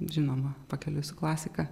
žinoma pakeliui su klasika